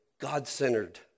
God-centered